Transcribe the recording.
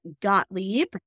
Gottlieb